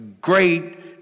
great